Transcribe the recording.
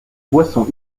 boisson